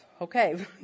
Okay